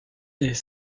est